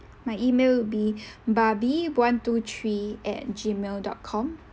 my email would be barbie one two three at gmail dot com